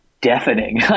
deafening